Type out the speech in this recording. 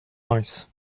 nice